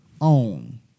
own